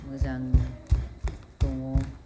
मोजां दङ